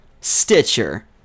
Stitcher